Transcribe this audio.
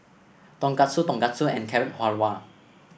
Tonkatsu Tonkatsu and Carrot Halwa